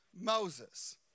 Moses